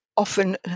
often